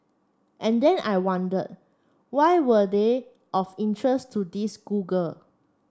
and then I wonder why were they of interest to this schoolgirl